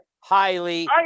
highly